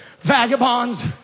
Vagabonds